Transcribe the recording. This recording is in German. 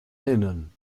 erinnern